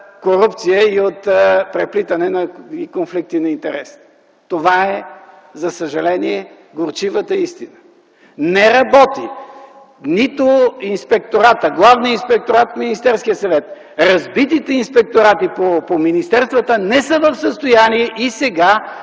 и от преплитане и конфликти на интереси. Това е, за съжаление, горчивата истина. Не работи нито Главният инспекторат в Министерския съвет, разбитите инспекторати по министерствата не са в състояние и сега